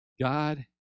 God